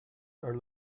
are